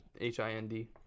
H-I-N-D